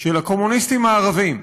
של הקומוניסטים הערבים,